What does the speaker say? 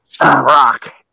Rock